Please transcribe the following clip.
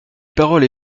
paroles